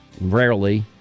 rarely